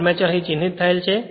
armature અહીં ચિહ્નિત થયેલ છે